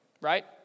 Right